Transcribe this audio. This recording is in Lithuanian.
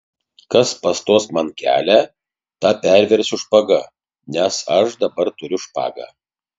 kas pastos man kelią tą perversiu špaga nes aš dabar turiu špagą